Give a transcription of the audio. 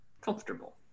comfortable